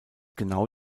genau